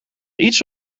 eats